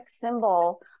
symbol